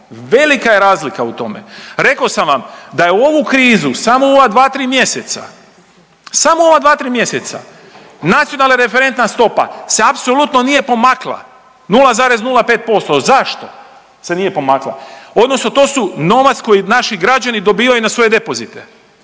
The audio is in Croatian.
velika je razlika u tome. Rekao sam vam da je u ovu krizu samo u ova dva, tri mjeseca, samo u ova dva, tri mjeseca nacionalna referentna stopa se apsolutno nije pomakla 0,05%. Zašto se nije pomakla odnosno to su novac koji naši građani dobivaju na svoje depozite